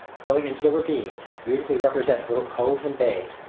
curling into the ravines, beautifully represents little coves and bays,